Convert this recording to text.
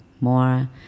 more